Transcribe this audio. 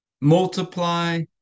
multiply